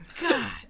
God